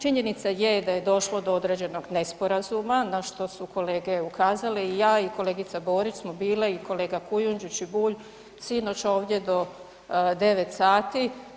Činjenica je da je došlo do određenog nesporazuma na što su kolege ukazale i ja i kolegica Borić smo bile i kolega Kujudnžić i Bulj sinoć ovdje do 9 sati.